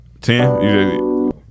Ten